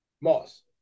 Moss